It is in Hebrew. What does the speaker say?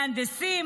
מהנדסים,